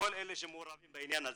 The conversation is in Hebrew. את כל המעורבים בעניין הזה.